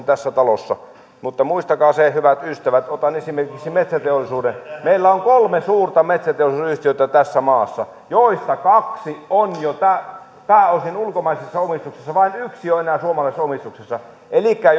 tässä talossa mutta muistakaa hyvät ystävät otan esimerkiksi metsäteollisuuden meillä on tässä maassa kolme suurta metsäteollisuusyhtiötä joista kaksi on jo pääosin ulkomaisessa omistuksessa vain yksi on enää suomalaisessa omistuksessa elikkä